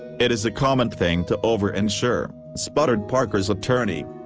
it is a common thing to overinsure, sputtered parker's attorney.